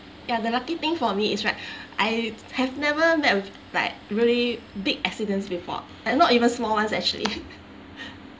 ya the lucky thing for me is right I have never met with like really big accidents before and not even small ones actually